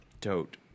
tote